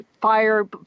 fire